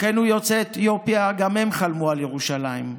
אחינו יוצאי אתיופיה, גם הם חלמו על ירושלים.